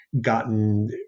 gotten